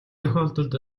тохиолдолд